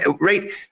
Right